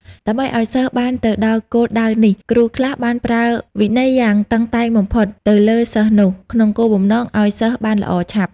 ដើម្បីឲ្យសិស្សបានទៅដល់គោលដៅនេះ គ្រូខ្លះបានប្រើវិន័យយ៉ាងតឹងតែងបំផុត ទៅលើសិស្សនោះ ក្នុងគោលបំណងឲ្យសិស្សបានល្អឆាប់ ។